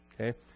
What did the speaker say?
Okay